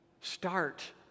Start